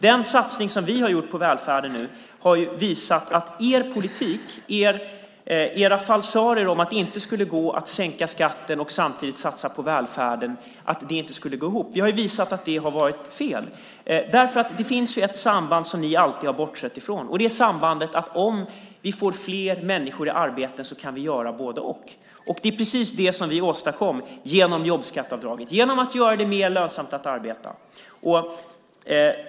Den satsning som vi har gjort på välfärden visar att er politik, att det inte skulle gå att sänka skatten och samtidigt satsa på välfärden, har varit fel. Det finns ett samband som ni alltid har bortsett ifrån, nämligen att om vi får fler människor i arbete kan vi göra både-och. Det är precis det som vi åstadkom genom jobbskatteavdraget - genom att göra det mer lönsamt att arbeta.